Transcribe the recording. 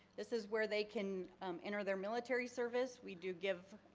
this is where they can enter their military service. we do give